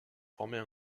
former